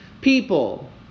people